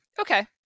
Okay